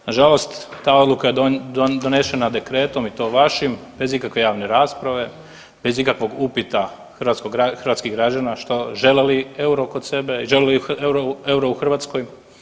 Nažalost ta odluka je donešena dekretom i to vašim bez ikakve javne rasprave, bez ikakvog upita hrvatskih građana žele li euro kod sebe, žele li euro u Hrvatskoj.